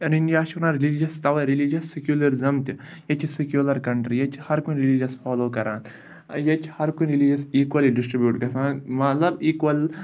and اِنڈیاہَس چھِ وَنان رِلِجَس توَے رِلِجَس سکیوٗلَرزَم تہِ ییٚتہِ چھِ سکیوٗلَر کَنٹِرٛی ییٚتہِ چھِ ہرکُنہِ رِلِجَس فالو کَران ییٚتہِ چھِ ہرکُنہِ رِلِجَس ایٖکؤلی ڈِسٹِرٛبیوٗٹ گژھان مطلب ایٖکوَل